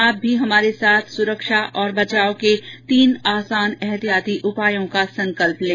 आप भी हमारे साथ सुरक्षा और बचाव के तीन आसान एहतियाती उपायों का संकल्प लें